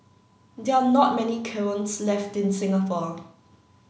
there are not many kilns left in Singapore